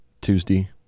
Tuesday